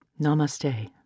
Namaste